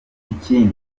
ikindi